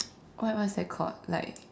what what's that called like